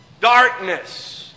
darkness